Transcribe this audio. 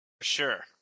Sure